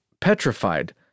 petrified